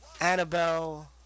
Annabelle